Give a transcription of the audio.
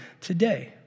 today